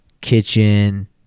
kitchen